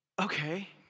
Okay